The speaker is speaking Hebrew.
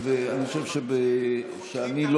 אלה דברים שחותרים תחת,